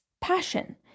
passion